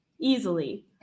Easily